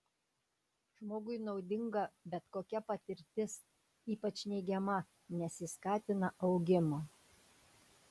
žmogui naudinga bet kokia patirtis ypač neigiama nes ji skatina augimą